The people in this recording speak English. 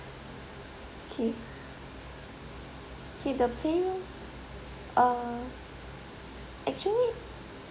okay K the playroom err actually